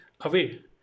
away